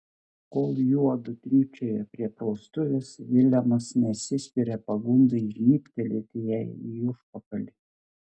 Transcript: kol juodu trypčioja prie praustuvės vilemas neatsispiria pagundai žnybtelėti jai į užpakalį